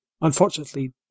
Unfortunately